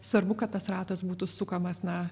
svarbu kad tas ratas būtų sukamas na